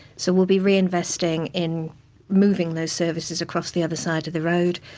so, we'll be reinvesting in moving those services across the other side of the road,